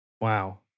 Wow